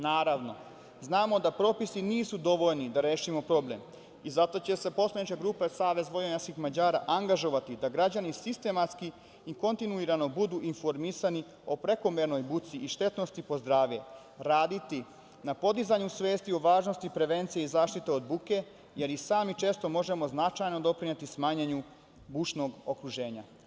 Naravno, znamo da propisi nisu dovoljni da rešimo problem i zato će se poslanička grupa SVM angažovati da građani sistematski i kontinuirano budu informisani o prekomernoj buci i štetnosti po zdrave, raditi na podizanju svesti važnosti prevencije i zaštite od buke, jer i sami često možemo značajno doprineti smanjenju bučnog okruženja.